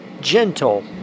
gentle